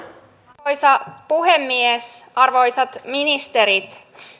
arvoisa puhemies arvoisat ministerit